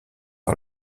par